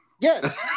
Yes